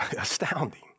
Astounding